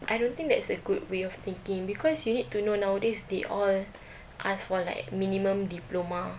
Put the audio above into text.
I don't think that's a good way of thinking because you need to know nowadays they all ask for like minimum diploma